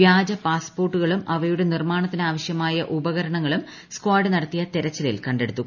വ്യാജ പാസ്പോർട്ടുകളും അവയുടെ നിർമ്മാണത്തിന് ആവശ്യമായ ഉപകരണങ്ങളും സ്ക്വാഡ് നടത്തിയ തെരച്ചിലിൽ കണ്ടെടുത്തു